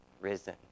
risen